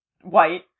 white